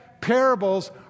Parables